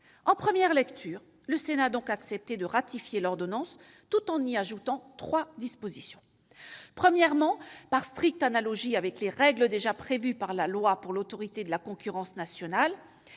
En première lecture, le Sénat a accepté de ratifier l'ordonnance, tout en y ajoutant trois dispositions : premièrement, par stricte analogie avec les règles déjà prévues par la loi pour l'Autorité nationale